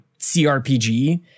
crpg